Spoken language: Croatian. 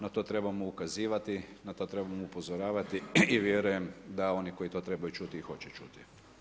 Na to trebamo ukazivati, na to trebamo upozoravati vjerujem da oni koji to trebaju čuti i hoće čuti.